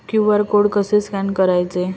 QR code कसे scan करायचे?